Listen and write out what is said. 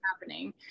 happening